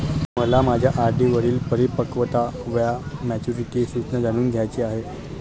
मला माझ्या आर.डी वरील परिपक्वता वा मॅच्युरिटी सूचना जाणून घ्यायची आहे